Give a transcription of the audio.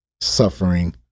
suffering